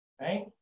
right